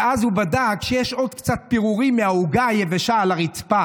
ואז הוא בדק וראה שיש עוד קצת פירורים מהעוגה היבשה על הרצפה.